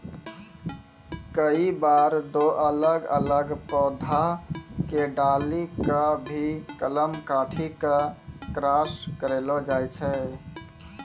कई बार दो अलग अलग पौधा के डाली कॅ भी कलम काटी क क्रास करैलो जाय छै